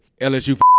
LSU